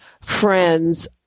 friends